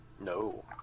No